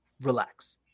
Relax